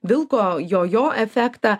vilko jojo efektą